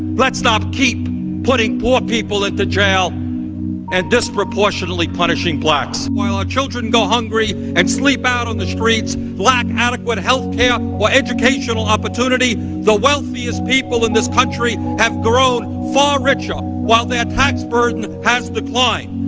let's not keep putting poor people into jail and disproportionately punishing blacks. while children go hungry and sleep out on the streets, lack adequate healthcare, or educational opportunity the wealthiest people in this country have grown far richer, while their tax burden has declined.